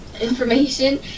information